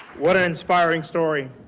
what an inspire ing story.